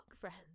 friends